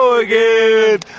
again